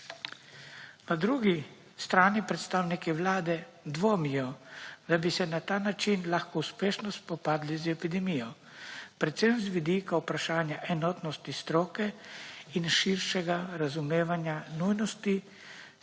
Na drugi strani predstavniki vlade dvomijo, da bi se na ta način lahko uspešno spopadli z epidemijo, predvsem z vidika vprašanja enotnosti stroke in širšega razumevanja nujnosti